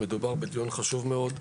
מדובר בדיון חשוב מאוד.